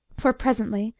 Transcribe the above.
for presently,